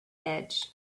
edge